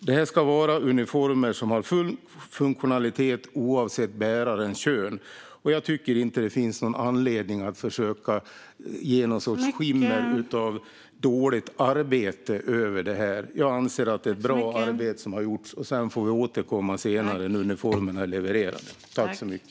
Det här ska vara uniformer som har full funktionalitet oavsett bärarens kön, och jag tycker inte att det finns någon anledning att försöka ge sken av att detta är ett dåligt arbete. Jag anser att det är ett bra arbete som har gjorts. Vi får återkomma senare, när uniformerna är levererade.